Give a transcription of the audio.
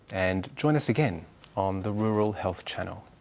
and join us again on the rural health channel.